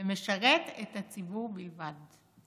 הוא משרת את הציבור בלבד.